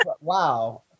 Wow